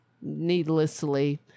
needlessly